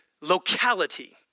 locality